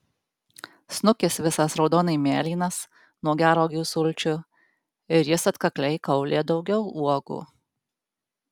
snukis visas raudonai mėlynas nuo gervuogių sulčių ir jis atkakliai kaulija daugiau uogų